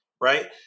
right